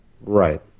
right